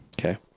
Okay